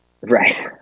Right